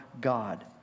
God